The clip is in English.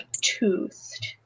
toothed